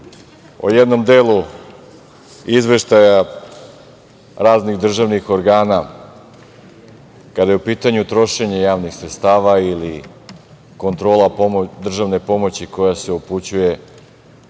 o jednom delu izveštaja raznih državnih organa kada je u pitanju trošenje javnih sredstava ili kontrola državne pomoći koja se upućuje